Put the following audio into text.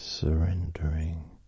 Surrendering